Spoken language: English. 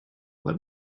let